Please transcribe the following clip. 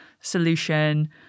solution